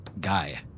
Guy